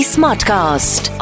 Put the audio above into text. Smartcast